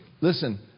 Listen